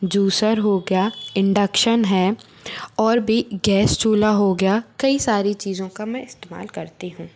juicer हो गया induction है और भी गैस चूल्हा हो गया कई सारी चीज़ों का मैं इस्तेमाल करती हूँ